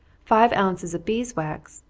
five ounces of bees' wax,